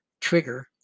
trigger